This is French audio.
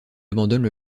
abandonne